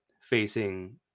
facing